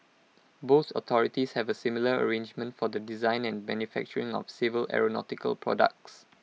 both authorities have A similar arrangement for the design and manufacturing of civil aeronautical products